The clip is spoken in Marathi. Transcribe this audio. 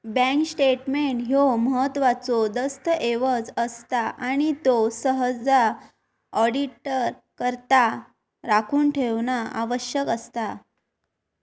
बँक स्टेटमेंट ह्यो महत्त्वाचो दस्तऐवज असता आणि त्यो सहसा ऑडिटकरता राखून ठेवणा आवश्यक असता